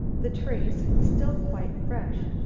the trace still quite fresh,